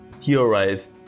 theorized